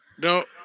No